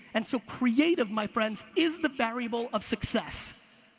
and so creative, my friends, is the variable of success.